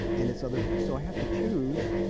and it's other things. so i have to choose